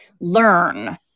learn